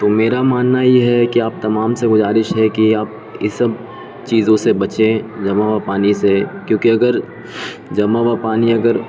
تو میرا ماننا یہ ہے کہ آپ تمام سے گزارش ہے کہ آپ یہ سب چیزوں سے بچیں جمع ہوا پانی سے کیونکہ اگر جمع ہوا پانی اگر